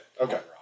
Okay